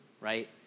right